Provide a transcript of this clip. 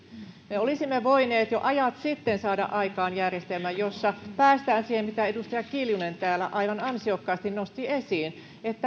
me olisimme voineet jo ajat sitten saada aikaan järjestelmän jossa päästään siihen mitä edustaja kiljunen täällä aivan ansiokkaasti nosti esiin